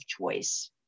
choice